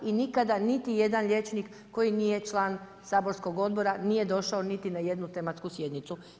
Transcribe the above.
I nikada niti jedan liječnik koji nije član saborskog odbora nije došao niti na jednu tematsku sjednicu.